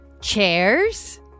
Chairs